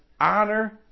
honor